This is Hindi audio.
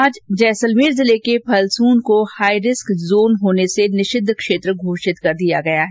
आज जैसलमेर जिले के फलसूण्ड को हाईरिस्क जोन होने से निषिद्व क्षेत्र घोषित कर दिया गया है